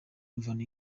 imvano